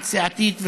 משמעת סיעתית וכדומה.